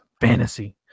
fantasy